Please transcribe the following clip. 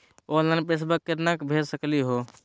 Online पैसवा केना भेज सकली हे?